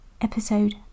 Episode